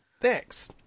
thanks